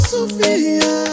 Sofia